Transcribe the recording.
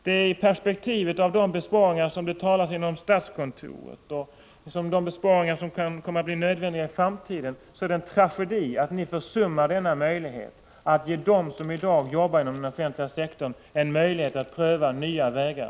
I perspektivet av de besparingar som det talas om inom statskontoret och som kan komma att bli nödvändiga i framtiden är det en tragedi att ni försummar att ge dem som i dag jobbar inom den offentliga sektorn en möjlighet att pröva nya vägar.